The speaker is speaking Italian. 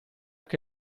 che